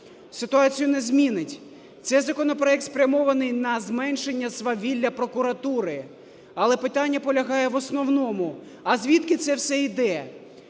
ситуацію не змінить. Цей законопроект спрямований на зменшення свавілля прокуратури. Але питання полягає в основному: а звідки це все іде?